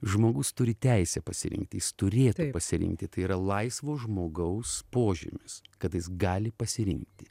žmogus turi teisę pasirinkti jis turėtų pasirinkti tai yra laisvo žmogaus požymis kad jis gali pasirinkti